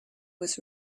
was